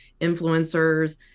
influencers